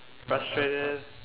frustrated